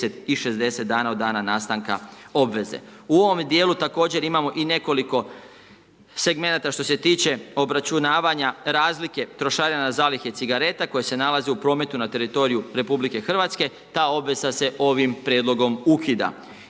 i 60 dana od dana nastanka obveze. U ovome dijelu također imamo i nekoliko segmenata što se tiče obračunavanja razlike trošarina na zalihe cigareta koje se nalaze u prometu na teritoriju RH. Ta obveza se ovim prijedlogom ukida